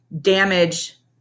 damage